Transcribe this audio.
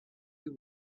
you